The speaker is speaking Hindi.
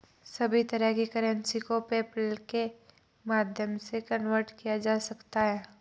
सभी तरह की करेंसी को पेपल्के माध्यम से कन्वर्ट किया जा सकता है